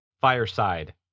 Fireside